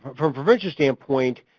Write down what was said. from a prevention standpoint,